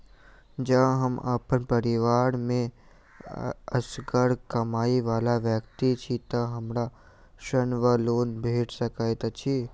जँ हम अप्पन परिवार मे असगर कमाई वला व्यक्ति छी तऽ हमरा ऋण वा लोन भेट सकैत अछि?